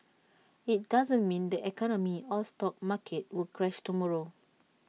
IT doesn't mean the economy or stock market will crash tomorrow